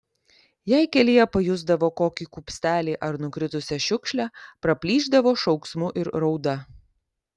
jei kelyje pajusdavo kokį kupstelį ar nukritusią šiukšlę praplyšdavo šauksmu ir rauda